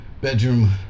bedroom